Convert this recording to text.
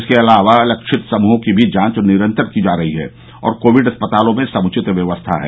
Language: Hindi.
इसके अलावा लक्षित समूहों की भी जांच निरन्तर की जा रही है और कोविड अस्पतालों में समूचित व्यवस्था है